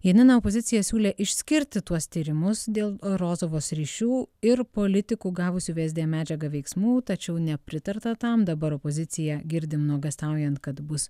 janina opozicija siūlė išskirti tuos tyrimus dėl rozovos ryšių ir politikų gavusių vsd medžiagą veiksmų tačiau nepritarta tam dabar opoziciją girdim nuogąstaujant kad bus